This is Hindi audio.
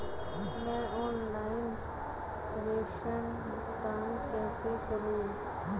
मैं ऑनलाइन प्रेषण भुगतान कैसे करूँ?